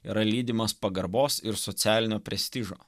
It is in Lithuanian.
yra lydimas pagarbos ir socialinio prestižo